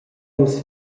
nus